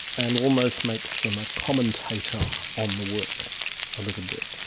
and almost makes them a commentator on the work a little bit.